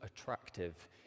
attractive